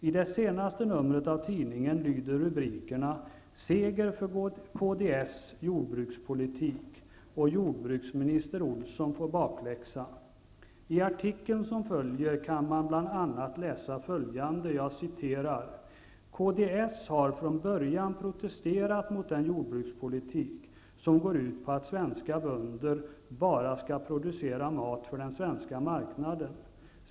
I det senaste numret av tidningen lyder rubrikerna: ''Seger för KdS jordbrukspolitik'' och I artikeln som följer kan man bl.a. läsa följande: ''KdS har från början protesterat mot den jordbrukspolitik som går ut på att svenska bönder bara skall producera mat för den svenska marknaden.